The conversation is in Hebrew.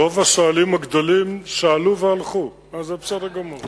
רוב השואלים הגדולים שאלו והלכו, וזה בסדר גמור.